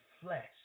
flesh